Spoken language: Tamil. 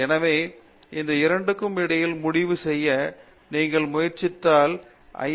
எனவே இந்த இரண்டுக்கும் இடையில் முடிவு செய்ய நீங்கள் முயற்சித்தால் ஐ